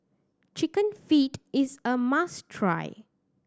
Chicken Feet is a must try